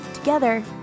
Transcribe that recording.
Together